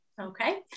Okay